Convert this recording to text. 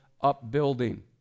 upbuilding